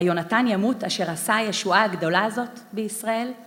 יונתן ימות, אשר עשה הישועה הגדולה הזאת בישראל.